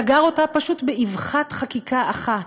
הוא סגר אותה פשוט באבחת חקיקה אחת,